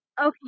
Okay